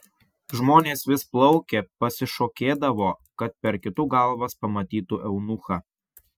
žmonės vis plaukė pasišokėdavo kad per kitų galvas pamatytų eunuchą